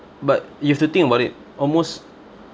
but you have to think about it almost